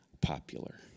popular